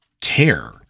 care